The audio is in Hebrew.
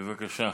בבקשה.